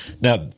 Now